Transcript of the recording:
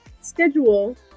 schedule